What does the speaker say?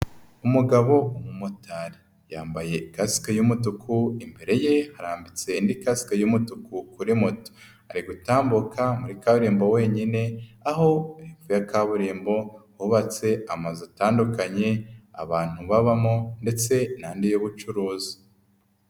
Umugabo w'umumotari yambaye kasike y'umutuku imbere ye harambitse indi kasike y'umutuku kuri moto, ari gutambuka muri kaburimbo wenyine aho gepfo ya kaburimbo hubatse amazu atandukanye abantu babamo ndetse n'andi y'ubucuruzi.